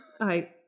I-